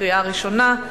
קריאה ראשונה.